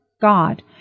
God